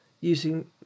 using